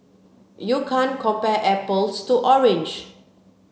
you can't compare apples to orange